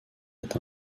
est